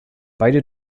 beide